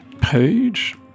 page